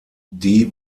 die